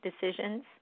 decisions